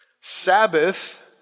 Sabbath